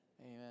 Amen